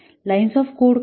lines of code काय